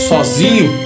Sozinho